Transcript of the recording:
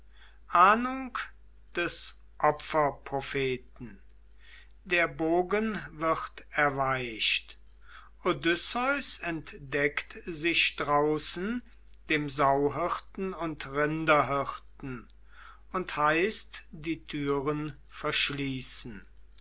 ahndung des opferpropheten der bogen wird erweicht odysseus entdeckt sich draußen dem sauhirten und rinderhirten und heißt die türen verschließen